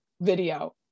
video